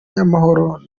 y’amahoro